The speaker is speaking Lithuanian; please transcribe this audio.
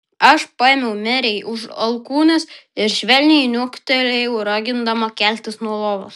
aš paėmiau merei už alkūnės ir švelniai niuktelėjau ragindama keltis nuo lovos